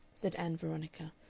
said ann veronica,